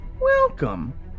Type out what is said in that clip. welcome